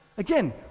Again